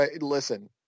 Listen